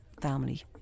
family